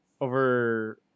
over